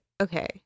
okay